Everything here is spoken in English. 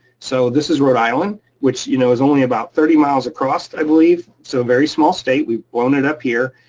so this is rhode island, which you know is only about thirty miles across, i believe. so a very small state. we've blown it up here,